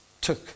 took